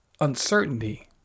Uncertainty